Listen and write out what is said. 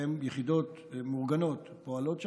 שבהם יחידות מאורגנות פועלות שם,